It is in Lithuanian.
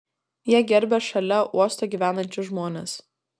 jie gerbia šalia uosto gyvenančius žmones